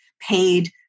paid